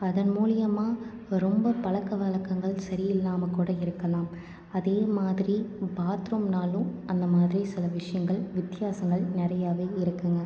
அதன் மூலியமாக ரொம்ப பழக்க வழக்கங்கள் சரி இல்லாமல் கூட இருக்கலாம் அதே மாதிரி பாத்ரூம்னாலும் அந்த மாதிரி சில விஷயங்கள் வித்தியாசங்கள் நிறையாவே இருக்குங்க